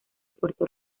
puerto